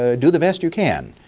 ah do the best you can.